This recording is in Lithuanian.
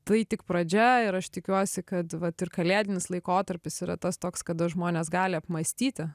tai tik pradžia ir aš tikiuosi kad vat ir kalėdinis laikotarpis yra tas toks kada žmonės gali apmąstyti